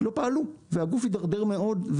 הגוף הידרדר מאוד,